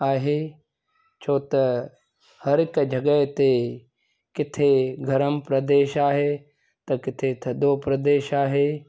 आहे छो त हर हिक जॻह ते किथे गरमु प्रदेश आहे त किथे थधो प्रदेश आहे